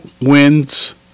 wins